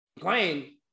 playing